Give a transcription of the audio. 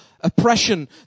oppression